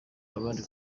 abandi